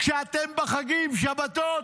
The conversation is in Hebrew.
כשאתם בחגים, בשבתות,